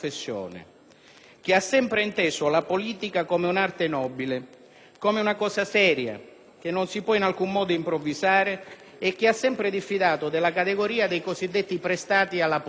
che ha sempre inteso la politica come un'arte nobile, come una cosa seria che non si può in alcun modo improvvisare, e che ha sempre diffidato della categoria dei cosiddetti prestati alla politica.